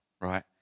right